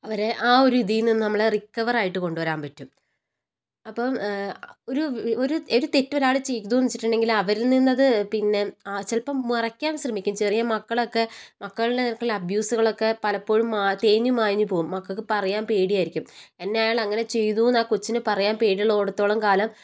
അവരെ ആ ഒരു ഇതിൽനിന്ന് നമ്മള് റിക്കവറായിട്ട് കൊണ്ട് വരാൻ പറ്റും അപ്പം ഒരു ഒരു ഒരു തെറ്റൊരാള് ചെയ്തൂന്ന് വച്ചിട്ടുണ്ടങ്കില് അവരിൽ നിന്നത് പിന്നെ ആ ചിലപ്പം മറയ്ക്കാൻ ശ്രമിക്കും ചെറിയ മക്കളൊക്കെ മക്കൾടെ അടുക്കല് അബ്യൂസുകളൊക്കെ പലപ്പോഴും തേഞ്ഞും മാഞ്ഞും പോവും മക്കൾക്ക് പറയാൻ പേടിയായിരിക്കും എന്നെ അയാൾ അങ്ങനെ ചെയ്തു എന്ന് ആ കൊച്ചിന് പറയാൻ പേടിയുള്ളോടത്തോളം കാലം